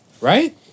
Right